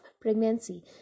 pregnancy